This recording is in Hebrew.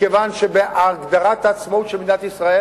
מכיוון שבהגדרת העצמאות של מדינת ישראל